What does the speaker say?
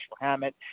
Hammett